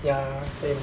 ya same